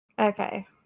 Okay